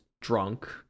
drunk